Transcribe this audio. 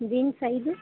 beans ಐದು